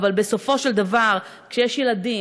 אבל בסופו של דבר כשיש ילדים,